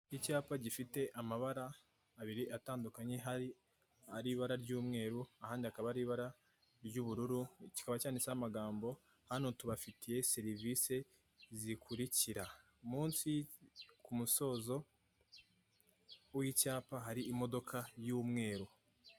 Icyapa gifite amabara abiri atandukanye. Hari ari ibara ry'umweru ahandi hakaba hari ibara ry'ubururu, kikaba cyanditseho amagambo, "hano tubafitiye serivisi zikurikira". Munsi ku musozo w'icyapa hari imodoka y'umweru.